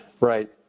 Right